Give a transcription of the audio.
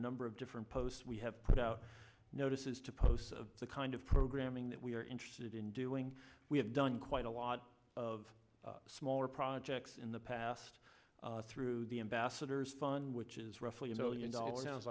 number of different posts we have put out notices to posts of the kind of programming that we are interested in doing we have done quite a lot of smaller projects in the past through the ambassadors fun which is roughly a billion dollars sounds